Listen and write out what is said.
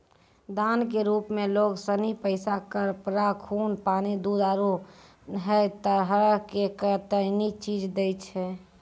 दान के रुप मे लोग सनी पैसा, कपड़ा, खून, पानी, दूध, आरु है तरह के कतेनी चीज दैय छै